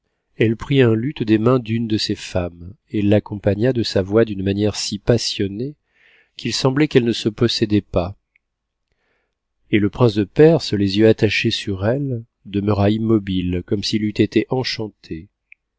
elle prit un luth des mains d'une de ses femmes et l'accompagna de sa voix d'une manière si passionnée qu'il semblait qu'elle ne se possédait pas et le prince de perse les yeux attachés sur elle demeura immobile comme s'il eût été enchanté